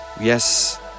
yes